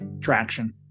traction